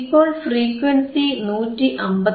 ഇപ്പോൾ ഫ്രീക്വൻസി 159